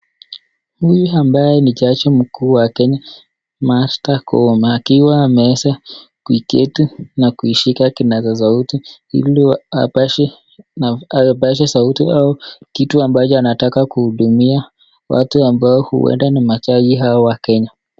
Huyu ambaye ni jaji mkuu wa Kenya Martha Koome akiwa ameweza kuiketi na kuishika kinasa sauti ili apashe sauti au kitu ambacho anataka kuhudumia watu ambao huenda ni majaji au wakenya.